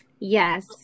Yes